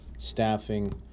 staffing